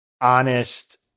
honest